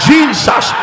Jesus